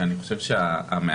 שאני חושב שהמעט,